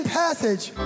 passage